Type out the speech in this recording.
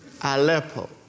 Aleppo